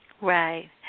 Right